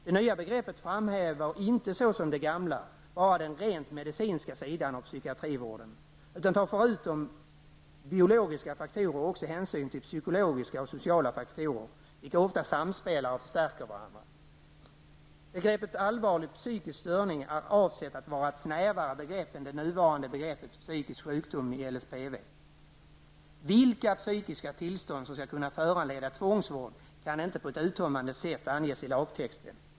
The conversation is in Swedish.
Det nya begreppet framhäver inte bara den rent medicinska sidan av den psykiatriska vården, som det gamla begreppet gjorde, utan framhäver även psykologiska och sociala faktorer, vilka ofta samspelar och förstärker varandra. Begreppet allvarlig psykisk störning är avsett att vara ett snävare begrepp än det nuvarande begreppet psykisk sjukdom i LSPV. Vilka psykiska tillstånd som skall kunna föranleda tvångsvård kan inte på ett uttömmande sätt anges i lagtexten.